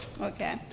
Okay